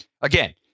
Again